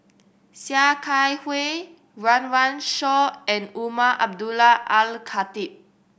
Sia Kah Hui Run Run Shaw and Umar Abdullah Al Khatib